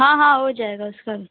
हाँ हाँ हो जाएगा उसका भी